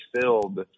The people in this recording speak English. filled